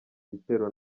gitero